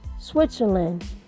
Switzerland